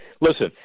listen